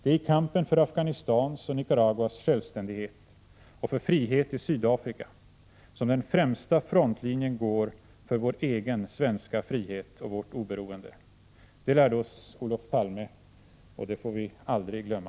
Det är i kampen för Afghanistans och Nicaraguas självständighet och för frihet i Sydafrika som den främsta frontlinjen går för vår egen svenska frihet och vårt oberoende. Det lärde oss Olof Palme, och det får vi aldrig glömma.